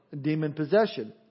demon-possession